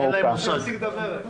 תודה.